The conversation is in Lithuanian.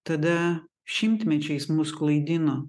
tada šimtmečiais mus klaidino